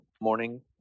morning